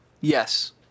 Yes